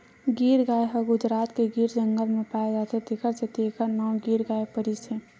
गीर गाय ह गुजरात के गीर जंगल म पाए जाथे तेखर सेती एखर नांव गीर गाय परिस हे